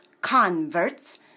converts